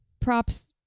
Props